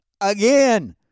again